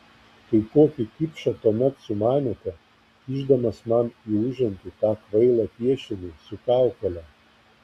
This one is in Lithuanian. tai kokį kipšą tuomet sumanėte kišdamas man į užantį tą kvailą piešinį su kaukole